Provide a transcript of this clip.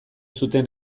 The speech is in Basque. zuten